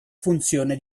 funzione